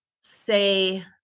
say